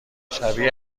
شبیه